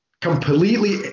completely